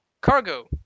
Cargo